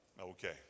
Okay